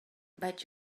but